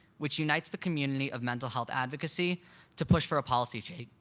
which unites the community of mental health advocacy to push for a policy change.